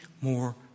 more